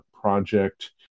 project